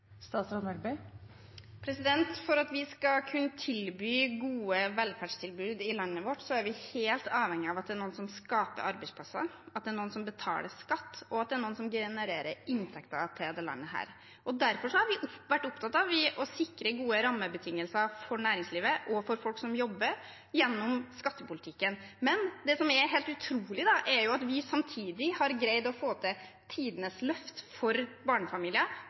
For at vi skal kunne gi gode velferdstilbud i landet vårt, er vi helt avhengig av at det er noen som skaper arbeidsplasser, at det er noen som betaler skatt, og at det er noen som genererer inntekter til dette landet. Derfor har vi vært opptatt av å sikre gode rammebetingelser for næringslivet og for folk som jobber, gjennom skattepolitikken. Det som er helt utrolig, er at vi samtidig har greid å få til tidenes løft for barnefamilier,